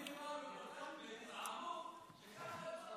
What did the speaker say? אתם מטפלים בנו כל כך בגזענות,